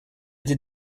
dis